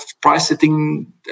price-setting